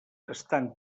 estan